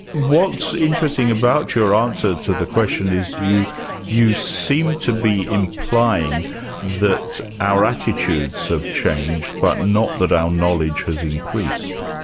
what's interesting about your answer to the question is you you seem to be implying that our attitudes have changed but not that our knowledge has increased.